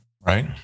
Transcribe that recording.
Right